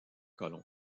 colomb